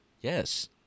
Yes